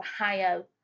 Ohio